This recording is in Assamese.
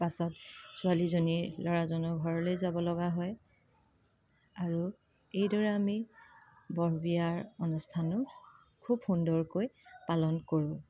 পাছত ছোৱালীজনী ল'ৰাজনৰ ঘৰলৈ যাব লগা হয় আৰু এইদৰে আমি বৰবিয়াৰ অনুষ্ঠানো খুব সুন্দৰকৈ পালন কৰোঁ